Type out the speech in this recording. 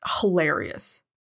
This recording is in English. hilarious